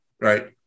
right